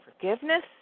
forgiveness